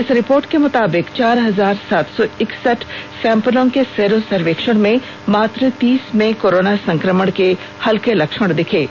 इस रिपोर्ट के मुताबिक चार हजार सात सौ इकसठ सैंपलों के सिरो सर्वेक्षण में मात्र तीस में कोरोना संक्रमण के हल्के लक्षण दिखे हैं